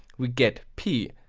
we get p.